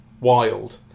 wild